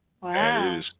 Wow